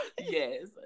Yes